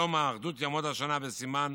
יום האחדות יעמוד השנה בסימן: